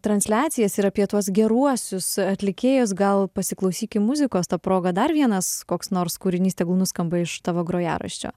transliacijas ir apie tuos geruosius atlikėjus gal pasiklausykim muzikos ta proga dar vienas koks nors kūrinys tegul nuskamba iš tavo grojaraščio